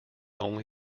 only